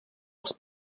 els